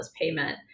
payment